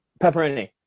pepperoni